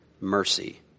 mercy